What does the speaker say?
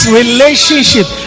relationship